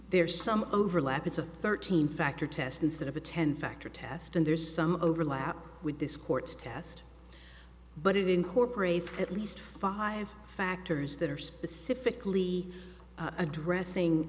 there's some overlap it's a thirteen factor test instead of a ten factor test and there's some overlap with this court's test but it incorporates at least five factors that are specifically addressing